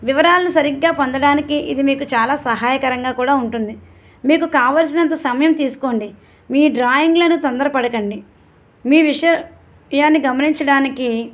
వివరాలు సరిగ్గా పొందడానికి ఇది మీకు చాలా సహాయకరంగా కూడా ఉంటుంది మీకు కావాల్సిన అంత సమయం తీసుకోండి మీ డ్రాయింగ్లను తొందర పడకండి మీ విషయాన్ని గమనించడానికి